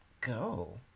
go